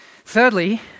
Thirdly